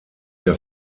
der